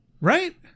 Right